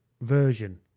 version